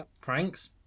Pranks